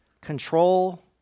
control